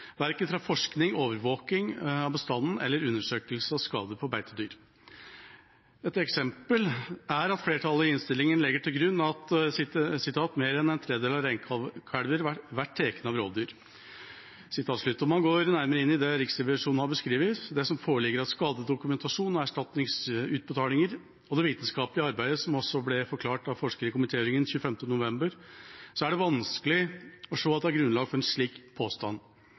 verken gjennom forskning, overvåking av bestanden eller undersøkelse av skade på beitedyr. Et eksempel er at flertallet i innstillinga legger til grunn at «meir enn ein av tre reinkalvar vert tekne av rovdyr». Om man går nærmere inn i det Riksrevisjonen har beskrevet, i det som foreligger av skadedokumentasjon og erstatningsutbetalinger, og i det vitenskapelige arbeidet som også ble forklart av en forsker i komitéhøringen den 25. november, er det vanskelig å se at det er grunnlag for en slik påstand.